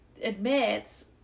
admits